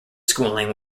schooling